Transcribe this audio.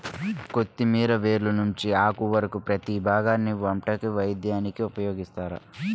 కొత్తిమీర వేర్ల నుంచి ఆకు వరకు ప్రతీ భాగాన్ని వంటకి, వైద్యానికి ఉపయోగిత్తారు